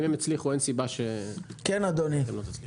אם הם הצליחו, אין סיבה שאתם לא תצליחו.